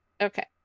Okay